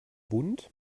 bund